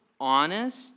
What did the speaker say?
honest